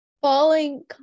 falling